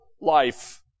life